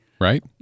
right